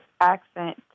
accent